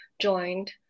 joined